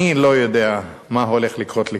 אני לא יודע מה הולך לקרות לקדימה.